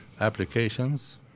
applications